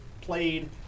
played